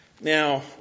Now